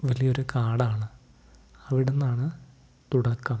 വലിയൊരു കാടാണ് അവിടെനിന്നാണു തുടക്കം